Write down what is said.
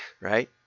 right